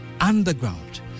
underground